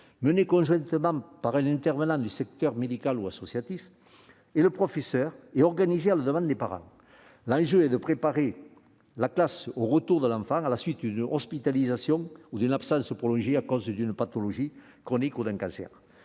mené conjointement par un intervenant du secteur médical ou associatif et le professeur et organisé à la demande des parents. L'enjeu est de préparer la classe au retour de l'enfant à la suite d'une hospitalisation ou d'une absence prolongée à cause d'une pathologie chronique ou d'un cancer.